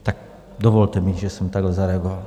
Tak dovolte mi, že jsem takhle zareagoval.